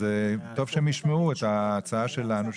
זה טוב שהם ישמעו את ההצעה שלנו,